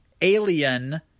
Alien